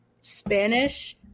Spanish